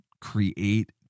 create